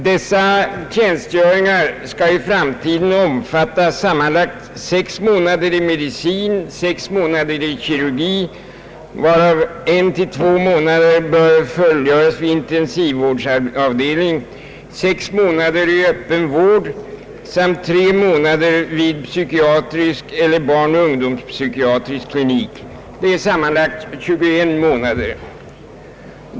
Dessa tjänstgöringar skall i framtiden omfatta sammanlagt sex månader i medicin, sex månader i kirurgi — varav en å två månader bör fullgöras vid intesivvårdsavdelning — sex månader i öppen vård samt tre månader vid psykiatrisk eller barnoch ungdomspsykiatrisk klinik. Det är sammanlagt 21 månader.